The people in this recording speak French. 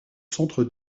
centre